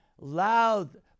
loud